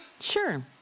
Sure